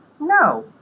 No